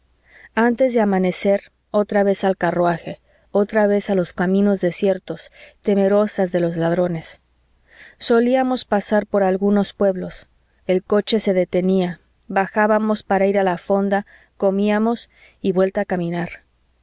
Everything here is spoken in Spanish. antes de amanecer otra vez al carruaje otra vez a los caminos desiertos temerosas de los ladrones solíamos pasar por algunos pueblos el coche se detenía bajábamos para ir a la fonda comíamos y vuelta a caminar